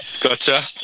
gotcha